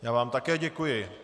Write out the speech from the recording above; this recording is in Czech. Já vám také děkuji.